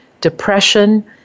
depression